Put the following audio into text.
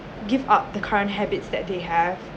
give up the current habits that they have